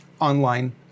online